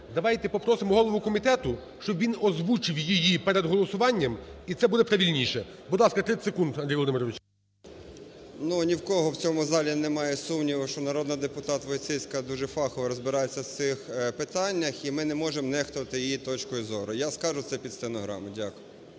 давайте попросимо голову комітету, щоб він озвучив її перед голосуванням, і це буде правильніше. Будь ласка, 30 секунд Андрій Володимирович. 13:00:29 ІВАНЧУК А.В. Ну, ні у кого в цьому залі немає сумнівів, що народний депутатВойціцька дуже фахово розбирається у цих питаннях, і ми не можемо нехтувати її точкою зору. Я скажу це під стенограму. Дякую.